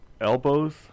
Elbows